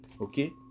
okay